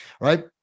Right